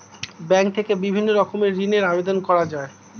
bank থেকে বিভিন্ন রকমের ঋণের আবেদন করা যায়